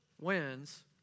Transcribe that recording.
wins